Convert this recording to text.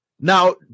Now